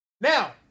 Now